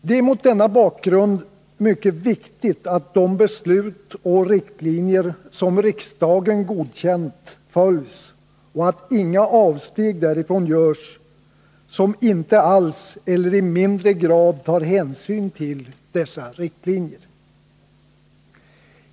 Det är mot denna bakgrund mycket viktigt att de beslut och riktlinjer som riksdagen godkänt följs och att inga avsteg därifrån görs, som inte alls eller i mindre grad tar hänsyn till dessa riktlinjer.